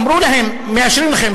אמרו להם "מאשרים לכם",